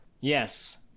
Yes